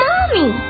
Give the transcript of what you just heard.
Mommy